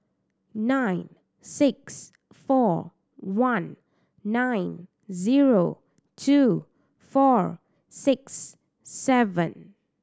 nine six four one nine zero two four six seven